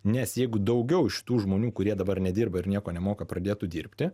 nes jeigu daugiau iš tų žmonių kurie dabar nedirba ir nieko nemoka pradėtų dirbti